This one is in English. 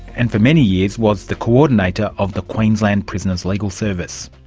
and for many years was the coordinator of the queensland prisoners legal service.